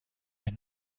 est